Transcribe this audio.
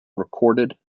recorded